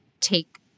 take